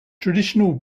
traditional